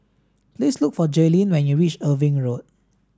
please look for Jailyn when you reach Irving Road